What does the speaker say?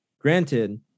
granted